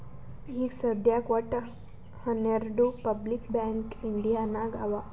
ಈಗ ಸದ್ಯಾಕ್ ವಟ್ಟ ಹನೆರ್ಡು ಪಬ್ಲಿಕ್ ಬ್ಯಾಂಕ್ ಇಂಡಿಯಾ ನಾಗ್ ಅವಾ